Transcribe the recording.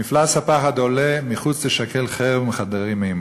מפלס הפחד עולה, "מחוץ תשכל חרב ומחדרים אימה".